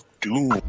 Doom